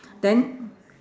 then